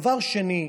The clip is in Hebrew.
דבר שני,